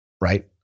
right